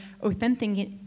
authentic